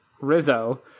Rizzo